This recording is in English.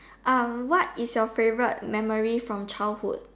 um what is your favourite memory from childhood